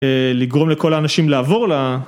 אה.. לגרום לכל האנשים לעבור ל...